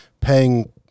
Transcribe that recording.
paying